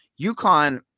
UConn